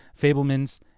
Fablemans